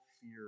fear